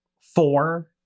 four